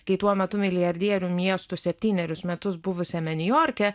kai tuo metu milijardierių miestu septynerius metus buvusiame niujorke